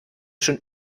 schon